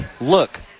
Look